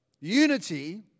Unity